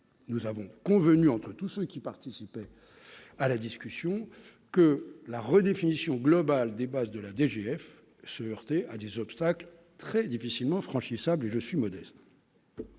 nous avons convenu entre tous ceux qui participent à la discussion que la redéfinition globale des bases de la DGF se heurter à des obstacles très difficilement franchissables je suis modeste